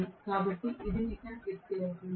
కాబట్టి ఇది నికర శక్తి అవుతుంది